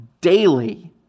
daily